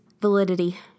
validity